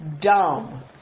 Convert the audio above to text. Dumb